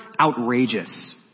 outrageous